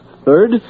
Third